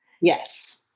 Yes